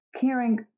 caring